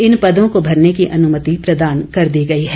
इन पदों को भरने की अनुमति प्रदान कर दी गई है